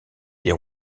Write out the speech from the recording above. des